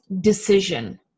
decision